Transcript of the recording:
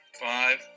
Five